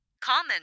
Common